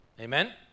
Amen